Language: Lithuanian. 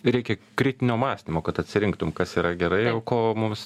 reikia kritinio mąstymo kad atsirinktum kas yra gerai o ko mums